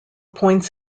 points